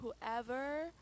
whoever